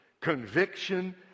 conviction